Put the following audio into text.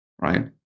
right